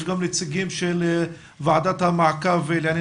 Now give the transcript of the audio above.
יש גם נציגים של ועדת המעקב לענייני